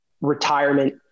retirement